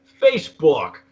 Facebook